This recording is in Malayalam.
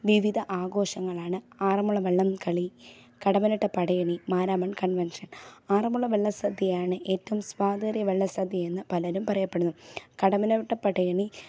വിവിധ ആഘോഷങ്ങളാണ് ആറന്മുള വള്ളംകളി കടമ്മനിട്ട പടയണി മാരാമൻ കൺവെൻഷൻ ആറന്മുള വള്ളസദ്യയാണ് ഏറ്റവും സ്വാദേറിയ വള്ളസദ്യ എന്ന് പലരും പറയപ്പെടുന്നു കടമ്മനിട്ട പടയണി